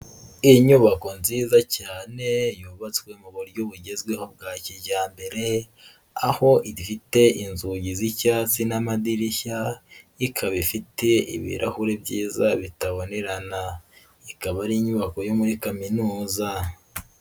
Inyubako nziza cyane yubatswe mu buryo bugezweho bwa kijyambere, aho ifite inzugi z'icyatsi n'amadirishya ikaba ifite ibirahuri byiza bitabonerana, ikaba ari inyubako yo muri kaminuza.